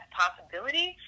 possibility